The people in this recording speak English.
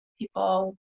people